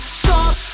stop